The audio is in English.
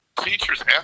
teachers